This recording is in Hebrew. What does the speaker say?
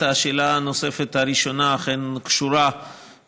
השאלה הנוספת הראשונה אכן קשורה,